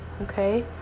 Okay